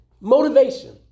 motivation